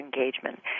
engagement